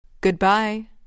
Goodbye